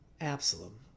Absalom